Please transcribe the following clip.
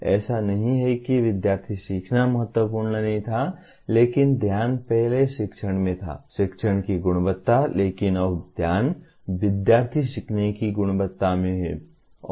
ऐसा नहीं है कि विद्यार्थी सीखना महत्वपूर्ण नहीं था लेकिन ध्यान पहले शिक्षण में था शिक्षण की गुणवत्ता लेकिन अब ध्यान विद्यार्थी सीखने की गुणवत्ता में है